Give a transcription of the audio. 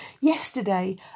Yesterday